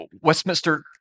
Westminster